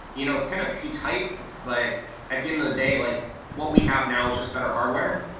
you know it's kind of peak hype, but at the end of the day, like what we have now is just better hardware,